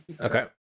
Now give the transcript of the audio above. Okay